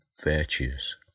virtues